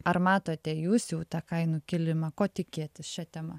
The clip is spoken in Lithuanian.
ar matote jūs jau tą kainų kilimą ko tikėtis šia tema